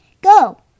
Go